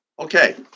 Okay